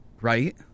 right